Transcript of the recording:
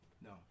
no